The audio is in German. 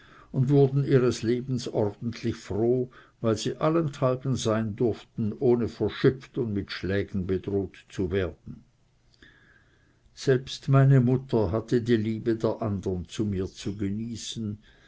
und wurden ihres lebens ordentlich froh weil sie allenthalben sein durften ohne verschüpft und mit schlägen bedroht zu werden selbst meine mutter hatte die liebe der andern zu mir zu genießen